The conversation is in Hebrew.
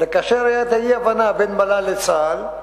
אלא כאשר היתה אי-הבנה בין המל"ל לצה"ל,